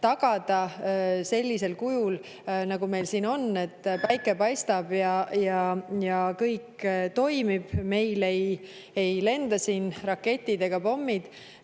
tagada sellisel kujul, nagu meil siin on, et päike paistab ja kõik toimib, meil ei lenda siin raketid ega pommid,